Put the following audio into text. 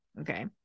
okay